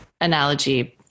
analogy